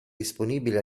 disponibile